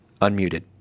Unmuted